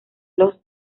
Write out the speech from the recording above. los